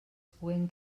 puguen